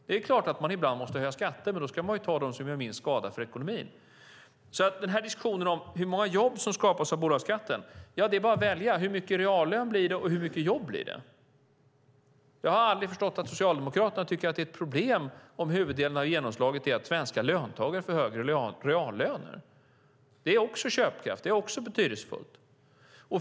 Det är klart att man ibland måste höja skatter, men då ska man ju välja de som gör minst skada för ekonomin. När det gäller diskussionen om hur många jobb som skapas av bolagsskatten är det bara att välja: Hur mycket reallön blir det och hur många jobb blir det? Jag har aldrig förstått att Socialdemokraterna tycker att det är ett problem om huvuddelen av genomslaget är att svenska löntagare får högre reallöner. Det ger också köpkraft och är också betydelsefullt.